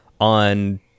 on